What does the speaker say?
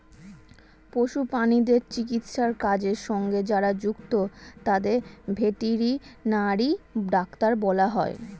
পশু প্রাণীদের চিকিৎসার কাজের সঙ্গে যারা যুক্ত তাদের ভেটেরিনারি ডাক্তার বলা হয়